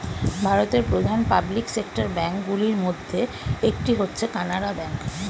ভারতের প্রধান public sector bank গুলির মধ্যে একটি হচ্ছে কানারা ব্যাঙ্ক